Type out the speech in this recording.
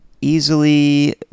easily